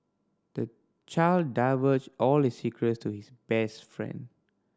the child divulged all his secrets to his best friend